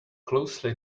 closely